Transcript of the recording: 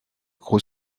gros